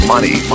Money